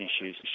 issues